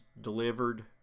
delivered